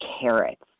carrots